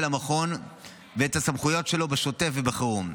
המכון ואת הסמכויות שלו בשוטף ובחירום.